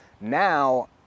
Now